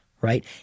right